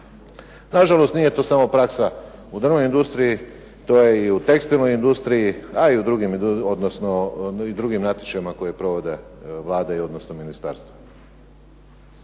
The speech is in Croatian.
Na žalost nije to samo praksa u drvnoj industriji. To je i u tekstilnoj industriji, a i u drugim natječajima koje provode Vlada odnosno ministarstva.